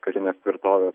karinės tvirtovės